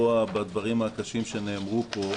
מהדברים הקשים שנאמרו פה,